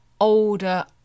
older